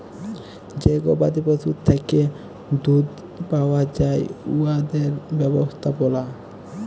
যে গবাদি পশুর থ্যাকে দুহুদ পাউয়া যায় উয়াদের ব্যবস্থাপলা